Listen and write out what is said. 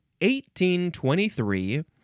1823